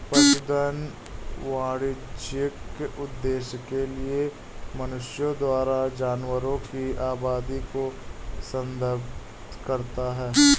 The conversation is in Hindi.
पशुधन वाणिज्यिक उद्देश्य के लिए मनुष्यों द्वारा जानवरों की आबादी को संदर्भित करता है